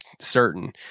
certain